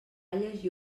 llegir